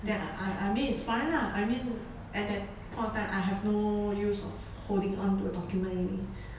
then I I I mean it's fine lah I mean at that point of time I have no use of holding on to the document anyway